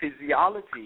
Physiology